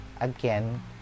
again